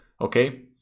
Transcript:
okay